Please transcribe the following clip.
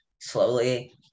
slowly